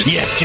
Yes